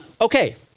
Okay